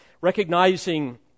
recognizing